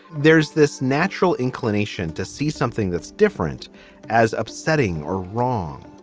there's this natural inclination to see something that's different as upsetting or wrong,